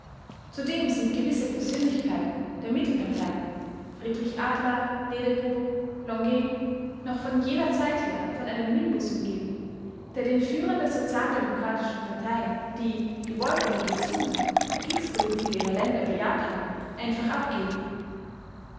zudem sind gewisse persönlichkeiten der mittelparteien friedrich adler ledebour longuet noch von jener zeit her von einem nimbus umgeben der den führern der sozialdemokratischen parteien die gewollt oder gezwungen die kriegspolitik ihrer länder bejaht haben einfach abgeht